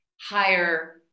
higher